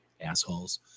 assholes